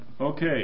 okay